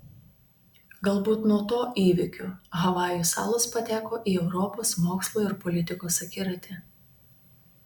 galbūt nuo to įvykio havajų salos pateko į europos mokslo ir politikos akiratį